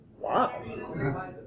wow